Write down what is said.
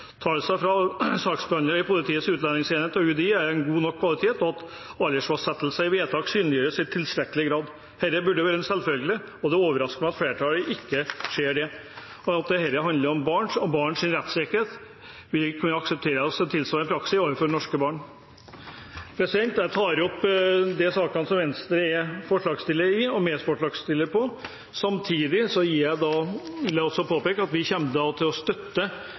aldersuttalelser fra saksbehandlere i Politiets utlendingsenhet og UDI er av god nok kvalitet, og at aldersfastsettelse i vedtak synliggjøres i tilstrekkelig grad. Dette burde være en selvfølge, og det overrasker meg at flertallet ikke ser det, og at dette handler om barn og barns rettssikkerhet. Vi vil ikke kunne akseptert en tilsvarende praksis overfor norske barn. Jeg tar opp forslag nr. 4, som Venstre er medforslagsstiller til. Samtidig vil jeg påpeke at vi kommer til å støtte